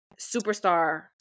Superstar